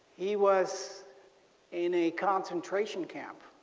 he was in a concentration camp,